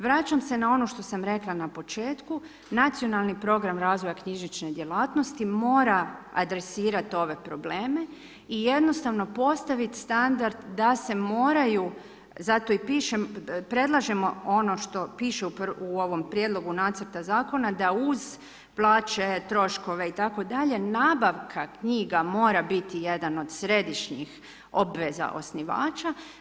Vraćam se na ono što sam rekla na početku, nacionalni program razvoja knjižnične djelatnosti mora adresirati ove probleme i jednostavno postaviti standard, da se moraju, zato i predlažimo ono što piše u ovom prijedlogu nacrtu zakona, da uz plaće, troškove itd. nabavka knjiga mora biti jedna od središnjih obveza osnivača.